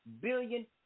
billion